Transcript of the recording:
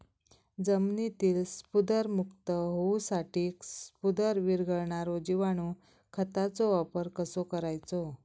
जमिनीतील स्फुदरमुक्त होऊसाठीक स्फुदर वीरघळनारो जिवाणू खताचो वापर कसो करायचो?